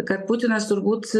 kad putinas turbūt